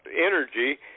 energy